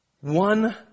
One